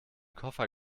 koffer